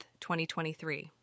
2023